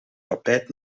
tapijt